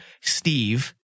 Steve